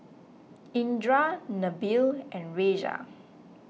Indra Nabil and Raisya